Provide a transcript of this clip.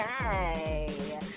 Okay